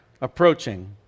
approaching